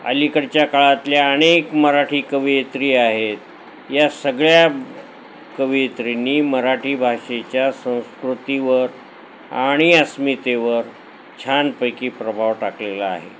अलीकडच्या काळातल्या अनेक मराठी कवयित्री आहेत या सगळ्या कवयित्रींनी मराठी भाषेच्या संस्कृतीवर आणि अस्मितेवर छानपैकी प्रभाव टाकलेला आहे